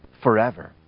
forever